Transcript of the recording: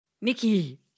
Nikki